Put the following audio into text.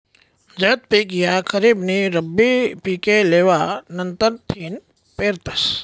झैद पिक ह्या खरीप नी रब्बी पिके लेवा नंतरथिन पेरतस